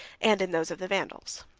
and in those of the vandals.